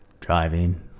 driving